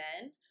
men